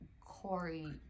Corey